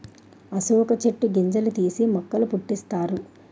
అశోక చెట్టు గింజలు తీసి మొక్కల పుట్టిస్తారు